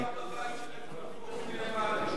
הכול נשאר בבית,